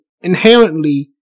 inherently